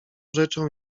rzeczą